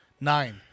nine